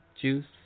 juice